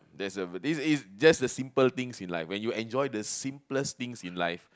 there's a~ this is just the simple things in life when you enjoy the simplest things in life